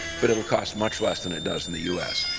but it will cost much less than it does in the u s.